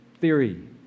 theory